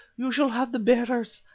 you shall have the bearers.